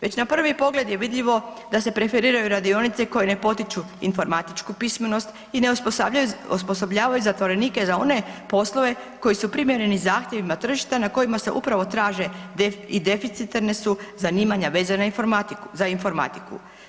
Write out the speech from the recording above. Već na prvi pogled je vidljivo da se preferiraju radionice koje ne potiču informatičku pismenost i ne osposobljavaju zatvorenike za one poslove koji su primjereni zahtjevima tržišta na kojima se upravo traže i deficitarna su zanimanja vezana za informatiku.